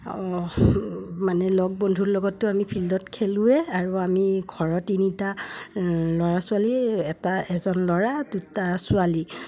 মানে লগ বন্ধুৰ লগতো আমি ফিল্ডত খেলুৱে আৰু আমি ঘৰৰ তিনিটা ল'ৰা ছোৱালী এটা এজন ল'ৰা দুটা ছোৱালী